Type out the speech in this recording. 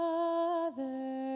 Father